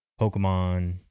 Pokemon